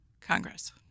Congress